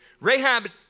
Rahab